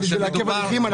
זה בשביל לעכב הליכים.